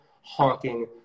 honking